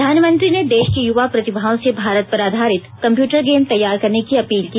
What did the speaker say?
प्रधानमंत्री ने देश की युवा प्रतिभाओं से भारत पर आधारित कम्प्यूटर गेम तैयार करने की अपील की